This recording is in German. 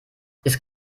ist